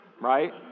right